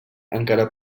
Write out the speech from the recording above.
encara